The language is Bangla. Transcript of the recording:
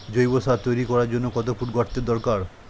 জৈব সার তৈরি করার জন্য কত ফুট গর্তের দরকার?